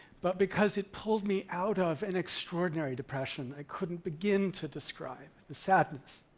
but because it pulled me out of an extraordinary depression. i couldn't begin to describe the sadness.